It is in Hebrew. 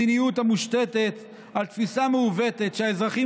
מדיניות המושתתת על תפיסה מעוותת שהאזרחים